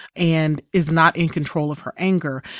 and is not in control of her anger.